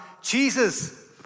Jesus